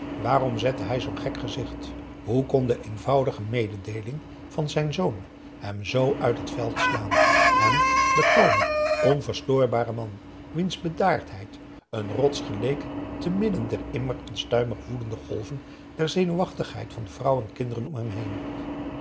waarom zette hij zoo'n gek gezicht hoe kon de eenvoudige mededeeling van zijn zoon hem zoo uit het veld slaan hem de kalme onverstoorbare man wiens bedaardheid een rots geleek te midden der immer onstuimig woelende golven van zenuwachtigheid van vrouw en kinderen om hem